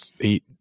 eight